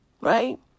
Right